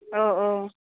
अ अ